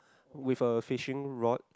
with a fishing rod